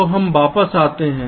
तो हम वापस आते हैं